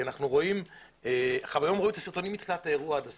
רואים מההתחלה עד הסוף.